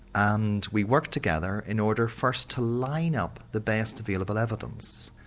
and we worked together in order first to line up the best available evidence.